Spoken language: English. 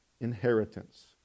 inheritance